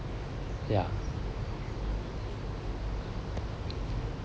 ya